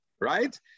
right